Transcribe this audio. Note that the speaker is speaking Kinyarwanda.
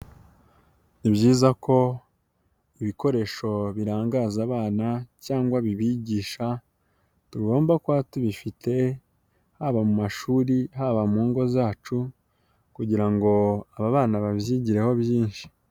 Ni byiza ko ibikoresho birangaza abana cyangwa bibigisha, tugomba kuba tubifite haba mu mashuri, haba mu ngo zacu kugira ngo aba bana babyigireho byinshi.